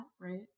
right